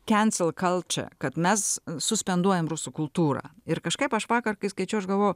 kensal kalče kad mes suspenduojam rusų kultūrą ir kažkaip aš vakar kai skaičiau aš gavojau